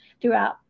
throughout